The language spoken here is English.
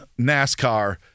NASCAR